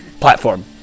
platform